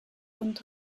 und